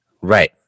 Right